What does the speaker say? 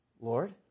Lord